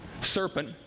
Serpent